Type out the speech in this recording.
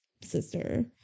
sister